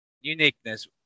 uniqueness